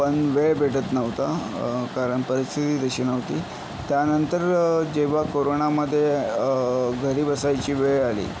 पण वेळ भेटत नव्हता कारण परिस्थिती तशी नव्हती त्यानंतर जेव्हा कोरोनामध्ये घरी बसायची वेळ आली